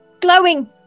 glowing